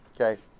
Okay